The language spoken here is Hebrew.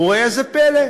וראה זה פלא,